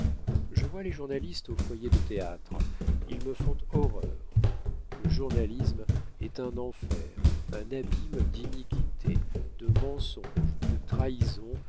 je vois les journalistes aux foyers de théâtre ils me font horreur le journalisme est un enfer un abîme d'iniquités de mensonges de trahisons